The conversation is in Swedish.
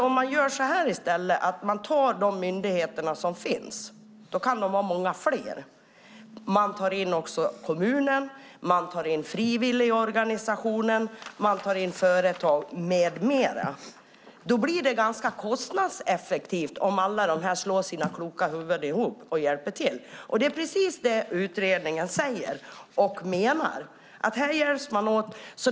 Vi kan i stället ta de myndigheter som finns - det kan vara många fler - kommunerna, frivilligorganisationerna, företag med mera. Det blir ganska kostnadseffektivt om alla de slår sina kloka huvuden ihop och hjälps åt. Det är det som utredningen säger.